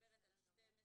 מדברת על 12(2)